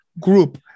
group